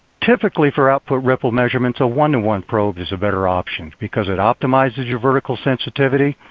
typically, for output ripple measurements a one one probe is a better option because it optimizes your vertical sensitivity.